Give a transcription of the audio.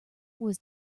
was